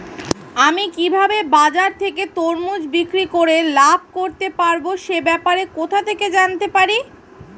আমি কিভাবে বাজার থেকে তরমুজ বিক্রি করে লাভ করতে পারব সে ব্যাপারে কোথা থেকে জানতে পারি?